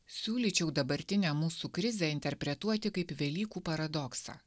siūlyčiau dabartinę mūsų krizę interpretuoti kaip velykų paradoksą